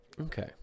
Okay